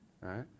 right